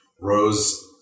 Rose